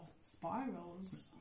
spirals